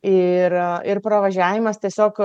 ir ir pravažiavimas tiesiog